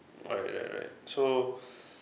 oh right right so